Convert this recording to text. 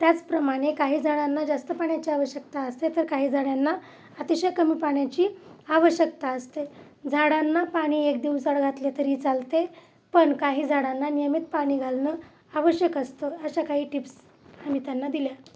त्याचप्रमाणे काही झाडांना जास्त पाण्याची आवश्यकता असते तर काही झाडांना अतिशय कमी पाण्याची आवश्यकता असते झाडांना पाणी एक दिवसा आड घातले तरीही चालते पण काही झाडांना नियमित पाणी घालणे आवश्यक असतं अशा काही टिप्स आम्ही त्यांना दिल्या